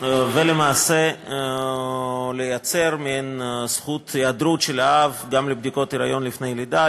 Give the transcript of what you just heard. ולמעשה ליצור מין זכות היעדרות של האב גם לבדיקות היריון לפני לידה,